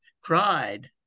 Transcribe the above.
cried